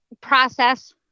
process